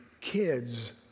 kids